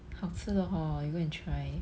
好吃的 hor you go and try